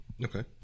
Okay